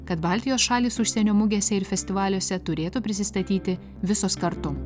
kad baltijos šalys užsienio mugėse ir festivaliuose turėtų prisistatyti visos kartu